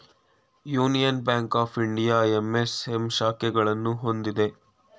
union Bank of India MSM ಶಾಖೆಗಳನ್ನು ಹೊಂದಿದೆ